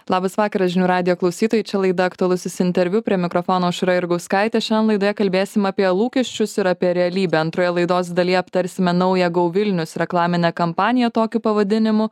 labas vakaras žinių radijo klausytojai čia laida aktualusis interviu prie mikrofono aušra jurgauskaitė šiandien laidoje kalbėsim apie lūkesčius ir apie realybę antroje laidos dalyje aptarsime naują go vilnius reklaminę kampaniją tokiu pavadinimu